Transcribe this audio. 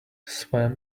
swam